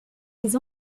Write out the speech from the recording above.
des